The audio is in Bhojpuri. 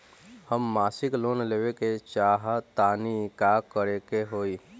हम मासिक लोन लेवे के चाह तानि का करे के होई?